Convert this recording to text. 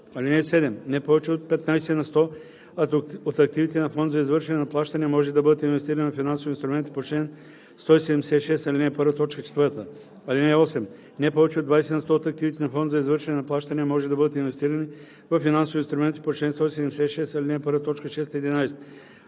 т. 3. (7) Не повече от 15 на сто от активите на фонд за извършване на плащания може да бъдат инвестирани във финансови инструменти по чл. 176, ал. 1, т. 4. (8) Не повече от 20 на сто от активите на фонд за извършване на плащания може да бъдат инвестирани във финансови инструменти по чл. 176, ал. 1, т.